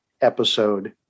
episode